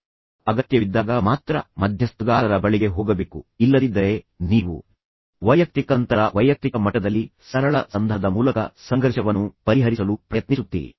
ಆದ್ದರಿಂದ ಸಾಮಾನ್ಯವಾಗಿ ನೀವು ಅಗತ್ಯವಿದ್ದಾಗ ಮಾತ್ರ ಮಧ್ಯಸ್ಥಗಾರರ ಬಳಿಗೆ ಹೋಗಬೇಕು ಇಲ್ಲದಿದ್ದರೆ ನೀವು ವೈಯಕ್ತಿಕಅಂತರ ವೈಯಕ್ತಿಕ ಮಟ್ಟದಲ್ಲಿ ಸರಳ ಸಂಧಾನದ ಮೂಲಕ ಸಂಘರ್ಷವನ್ನು ಪರಿಹರಿಸಲು ಪ್ರಯತ್ನಿಸುತ್ತೀರಿ